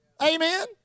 amen